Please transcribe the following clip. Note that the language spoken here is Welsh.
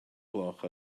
gloch